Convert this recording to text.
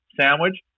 sandwich